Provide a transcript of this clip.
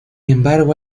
embargo